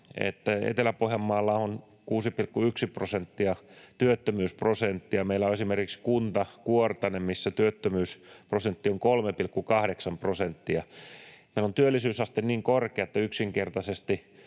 Etelä-Pohjanmaalla on työttömyysprosentti 6,1 prosenttia, ja meillä on esimerkiksi kunta Kuortane, missä työttömyysprosentti on 3,8 prosenttia. Meillä on työllisyysaste niin korkea, että yksinkertaisesti